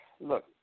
Look